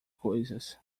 coisas